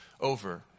over